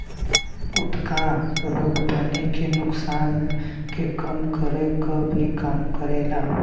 उकठा रोग पानी के नुकसान के कम करे क भी काम करेला